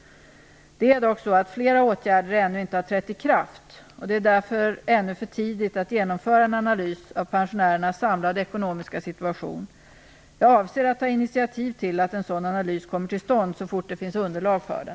Det är dock så att flera åtgärder ännu inte har trätt i kraft. Det är därför ännu för tidigt att genomföra en analys av pensionärernas samlade ekonomiska situation. Jag avser att ta initiativ till att en sådan analys kommer till stånd så fort det finns underlag för den.